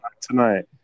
Tonight